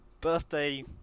Birthday